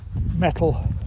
metal